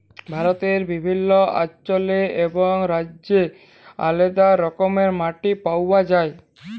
ভারতে বিভিল্ল্য অল্চলে এবং রাজ্যে আলেদা রকমের মাটি পাউয়া যায়